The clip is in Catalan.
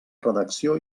redacció